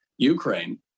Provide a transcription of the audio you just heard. Ukraine